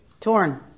Torn